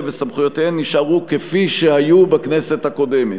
וסמכויותיהן נשארו כפי שהיו בכנסת הקודמת.